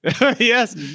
Yes